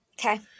Okay